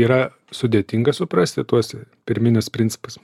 yra sudėtinga suprasti tuos pirminius principus